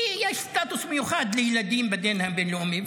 כי יש סטטוס מיוחד לילדים בדין הבין-לאומי.